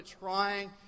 trying